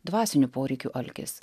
dvasinių poreikių alkis